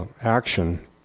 action